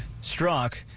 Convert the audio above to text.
struck